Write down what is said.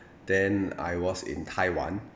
then I was in taiwan